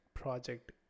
project